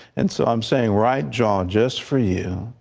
and so i am saying right jaw just for you.